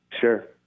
Sure